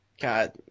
God